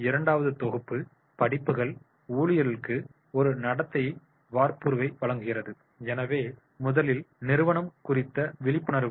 இரண்டாவது தொகுப்பு படிப்புகள் ஊழியர்களுக்கு ஒரு நடத்தை வார்ப்புருவை வழங்குகிறது எனவே முதலில் நிறுவனம் குறித்த விழிப்புணர்வு